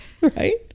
Right